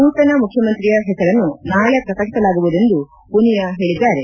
ನೂತನ ಮುಖ್ಯಮಂತ್ರಿಯ ಹೆಸರನ್ನು ನಾಳೆ ಪ್ರಕಟಿಸಲಾಗುವುದು ಎಂದು ಮನಿಯಾ ಹೇಳಿದ್ದಾರೆ